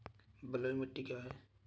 बलुई मिट्टी क्या है?